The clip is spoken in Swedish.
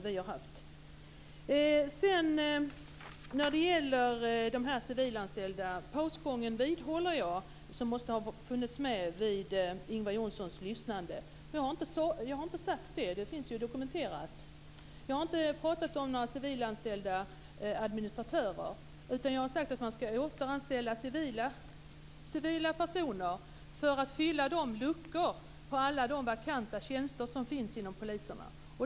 När det sedan gäller de civilanställda vidhåller jag att någon form av pausgång måste ha funnits med vid Ingvar Johnssons lyssnande. Jag har inte sagt detta. Det finns ju dokumenterat. Jag har inte pratat om några civilanställda administratörer. Jag har sagt att man ska återanställa civila personer för att fylla de luckor som finns i form av vakanta tjänster inom polisen.